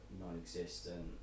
non-existent